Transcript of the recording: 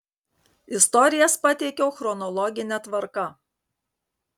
istorijas pateikiau chronologine tvarka